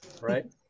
right